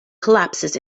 collapses